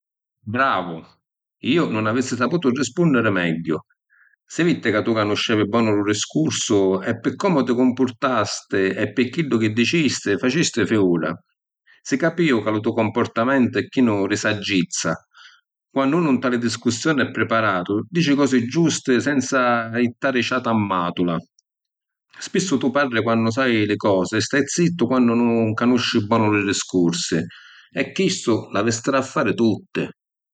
Bravu! Iu nun avissi saputu rispunniri megghiu. Si vitti ca tu canuscevi bonu lu discursu e pi comu ti cumpurtasti e pi chiddu chi dicisti, facisti fiùra, si capìu ca lu to’ cumpurtamentu è chinu di saggizza. Quannu unu nta li discussioni è priparatu dici cosi giusti senza jittari ciatu ammàtula. Spissu tu parri quannu sai li cosi e stai zittu quannu nun canusci bonu li discursi. E’ chistu l’avissiru a fari tutti.